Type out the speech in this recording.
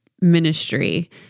ministry